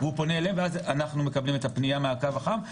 אז הוא פונה אליהם ואז אנחנו מקבלים את הפנייה מהקו החם,